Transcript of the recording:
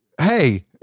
Hey